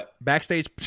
Backstage